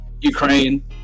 Ukraine